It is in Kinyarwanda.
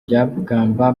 byabagamba